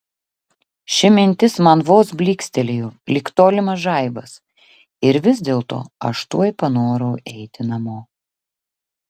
ši mintis man vos blykstelėjo lyg tolimas žaibas ir vis dėlto aš tuoj panorau eiti namo